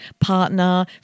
partner